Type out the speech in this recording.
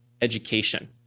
education